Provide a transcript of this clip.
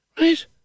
Right